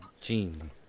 Gene